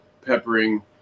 peppering